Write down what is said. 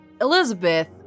Elizabeth